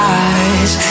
eyes